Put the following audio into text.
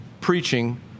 preaching